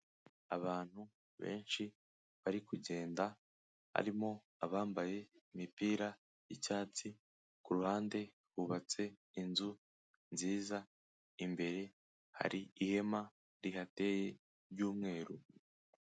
Abantu benshi bari kugenda, harimo abambaye imipira y'icyatsi, ku ruhande hubatse inzu nziza, imbere hari ihema rihateye ry'umweru.